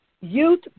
youth